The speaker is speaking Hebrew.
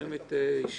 פותחים את ישיבת